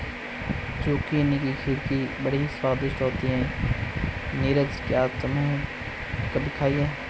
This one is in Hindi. जुकीनी की खिचड़ी बड़ी स्वादिष्ट होती है नीरज क्या तुमने कभी खाई है?